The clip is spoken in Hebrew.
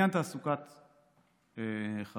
לעניין תעסוקת חרדים,